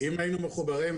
אם היינו מחוברים,